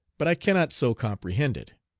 but i cannot so comprehend it.